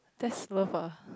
that's love ah